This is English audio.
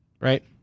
right